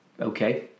okay